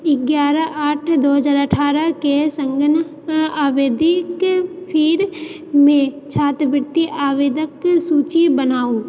एगारह आठ दो हजार अठारह के सङ्ग आवेदित फिरमे छात्रवृति आवेदक सूची बनाउ